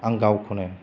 आं गावखौनो